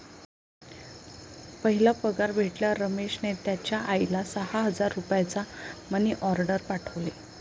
पहिला पगार भेटल्यावर रमेशने त्याचा आईला सहा हजार रुपयांचा मनी ओर्डेर पाठवले